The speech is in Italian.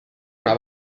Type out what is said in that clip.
una